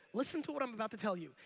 listen to what i'm about to tell you.